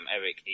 Eric